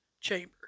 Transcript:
Chamber